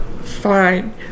fine